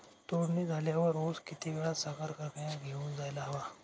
तोडणी झाल्यावर ऊस किती वेळात साखर कारखान्यात घेऊन जायला हवा?